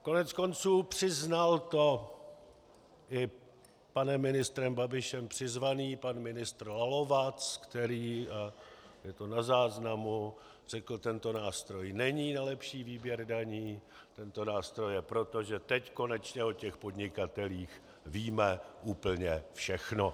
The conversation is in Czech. Koneckonců, přiznal to i panem ministrem Babišem přizvaný pan ministr Lalovac, který je to na záznamu řekl: Tento nástroj není na lepší výběr daní, tento nástroj je proto, že teď konečně o těch podnikatelích víme úplně všechno.